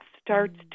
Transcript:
starts